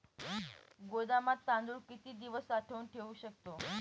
गोदामात तांदूळ किती दिवस साठवून ठेवू शकतो?